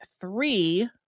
three